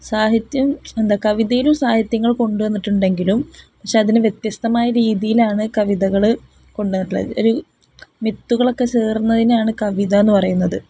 സാഹിത്യം എന്താണ് കവിതയിലും സാഹിത്യങ്ങൾ കൊണ്ടു വന്നിട്ടുണ്ടെങ്കിലും പക്ഷെ അതിനു വ്യത്യസ്തമായ രീതിയിലാണു കവിതകള് കൊണ്ടുവന്നിട്ടുള്ളത് ഒരു മിത്തുകളൊക്കെ ചേര്ന്നതിനെയാണു കവിത എന്നു പറയുന്നത്